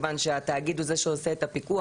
כיוון שהתאגיד הוא זה שעושה את הפיקוח.